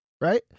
Right